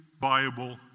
viable